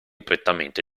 prettamente